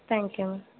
thank you ma'am